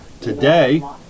today